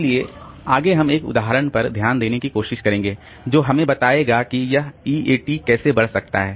इसलिए आगे हम एक उदाहरण पर ध्यान देने की कोशिश करेंगे जो हमें बताएगा कि यह ईएटी कैसे बढ़ सकता है